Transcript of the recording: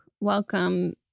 Welcome